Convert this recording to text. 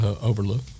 overlook